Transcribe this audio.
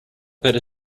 better